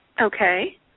Okay